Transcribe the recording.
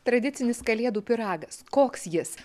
tradicinis kalėdų pyragas koks jis